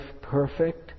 perfect